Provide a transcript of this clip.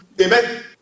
Amen